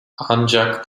ancak